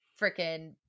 freaking